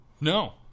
No